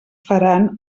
faran